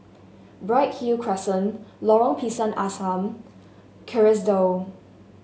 Bright Hill Crescent Lorong Pisang Asam Kerrisdale